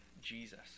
Jesus